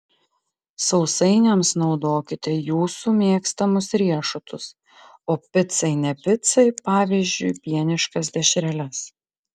sausainiams naudokite jūsų mėgstamus riešutus o picai ne picai pavyzdžiui pieniškas dešreles